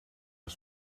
een